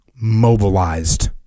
mobilized